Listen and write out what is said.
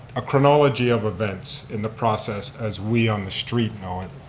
a chronology of events in the process, as we on the street know it.